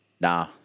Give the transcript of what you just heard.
nah